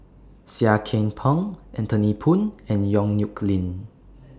Seah Kian Peng Anthony Poon and Yong Nyuk Lin